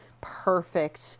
perfect